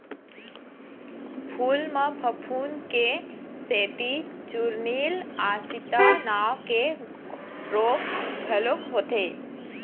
फूल म फफूंद के सेती चूर्निल आसिता नांव के रोग घलोक होथे